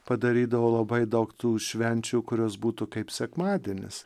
padarydavo labai daug tų švenčių kurios būtų kaip sekmadienis